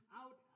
out